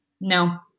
no